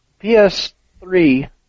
PS3